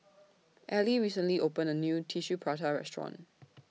Ellie recently opened A New Tissue Prata Restaurant